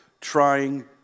trying